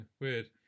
Weird